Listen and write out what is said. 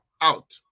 out